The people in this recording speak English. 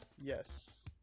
Yes